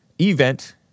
Event